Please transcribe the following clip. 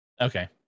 Okay